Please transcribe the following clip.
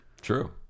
True